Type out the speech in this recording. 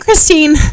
Christine